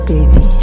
Baby